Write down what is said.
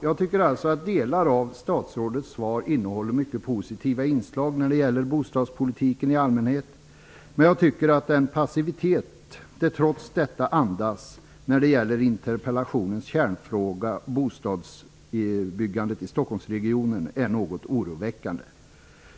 Jag tycker alltså att delar av statsrådets svar innehåller mycket positiva inslag när det gäller bostadspolitiken i allmänhet. Men jag tycker att den passivitet svaret trots detta andas när det gäller interpellationens kärnfråga - bostadsbyggandet i Stockholmsregionen - är något oroväckande.